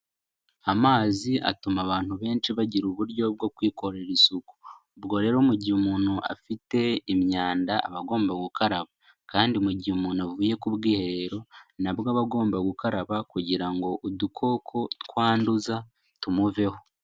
Amazi atuma abantu benshi bagira uburyo bwo kwikorera isuku, ubwo rero mu gihe umuntu afite imyanda aba agomba gukaraba kandi mu gihe umuntu avuye ku bwiherero nabwo aba agomba gukaraba kugira ngo udukoko twanduza tumuveho.